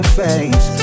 face